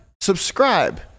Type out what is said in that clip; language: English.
subscribe